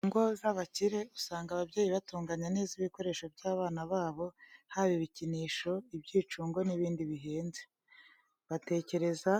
Mu ngo z’abakire, usanga ababyeyi batunganya neza ibikoresho by’abana babo, haba ibikinisho, ibyicungo n’ibindi bihenze. Batekereza